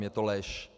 Je to lež!